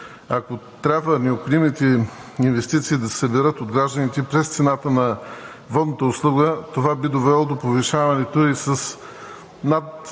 Ако трябва необходимите инвестиции да се съберат от гражданите през цената на водната услуга, това би довело до повишаването ѝ с над